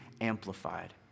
amplified